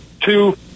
two